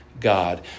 God